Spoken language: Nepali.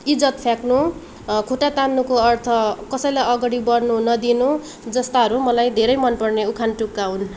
इज्जत फ्याँक्नु खुट्टा तान्नुको अर्थ कसैलाई अघाडि बड्नु नदिनु जस्ताहरू मलाई धेरै मन पर्ने उखान तुक्का हुन्